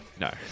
No